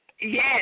Yes